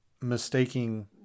mistaking